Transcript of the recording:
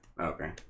Okay